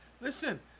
listen